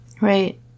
Right